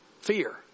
Fear